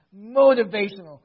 motivational